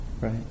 right